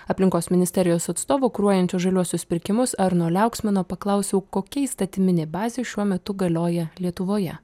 aplinkos ministerijos atstovų kuruojančių žaliuosius pirkimus arno liauksmino paklausiau kokia įstatyminė bazė šiuo metu galioja lietuvoje